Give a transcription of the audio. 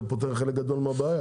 מה שיכול לפתור חלק גדול מהבעיה,